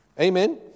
Amen